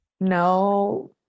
no